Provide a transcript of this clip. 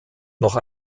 noch